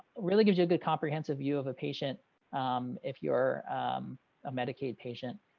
really gives you a good comprehensive view of a patient if you're a medicaid patient.